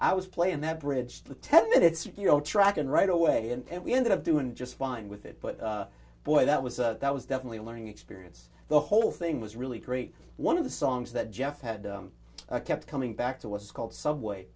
i was playing that bridge to ten minutes you know track and right away and we ended up doing just fine with it but boy that was a that was definitely a learning experience the whole thing was really great one of the songs that jeff had kept coming back to was called subway